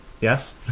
Yes